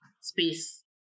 space